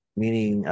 meaning